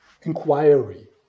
inquiry